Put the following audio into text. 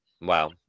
Wow